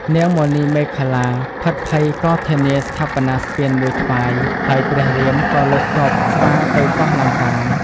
នាង មណីមេខល្លា ភិតភ័យក៏ធានាស្ថាបនាស្ពានមួយថ្វាយ ហើយព្រះរាមក៏លើកទ័ពស្វាទៅកោះលង្កា។